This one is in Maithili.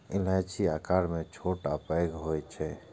इलायची आकार मे छोट आ पैघ होइ छै